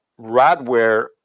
Radware